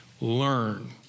Learn